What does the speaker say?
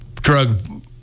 drug